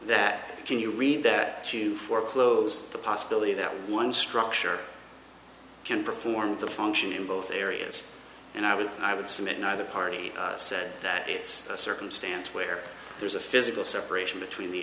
that can you read that to foreclose the possibility that one structure can perform the function in both areas and i would i would submit neither party said that it's a circumstance where there's a physical separation